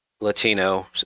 Latino